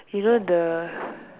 you know the